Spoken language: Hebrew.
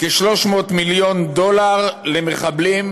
כ-300 מיליון דולר למחבלים